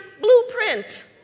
blueprint